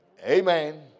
Amen